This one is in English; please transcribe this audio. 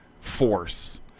force